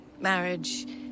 Marriage